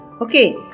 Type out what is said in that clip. Okay